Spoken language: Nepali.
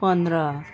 पन्ध्र